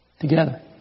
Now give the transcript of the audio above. together